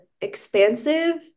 expansive